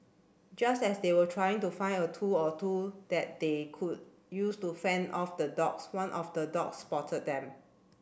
just as they were trying to find a tool or two that they could use to fend off the dogs one of the dogs spotted them